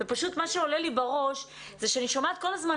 ופשוט מה שעולה לי בראש זה שאני שומעת כל הזמן